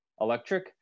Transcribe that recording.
electric